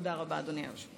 תודה רבה, אדוני היושב-ראש.